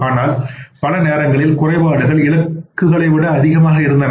ஆனால் பல நேரங்களில் குறைபாடுகள் இலக்குகளை விட அதிகமாக இருந்தன